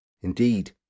Indeed